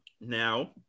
now